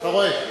אתה רואה?